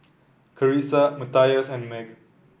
Carisa Matthias and Meg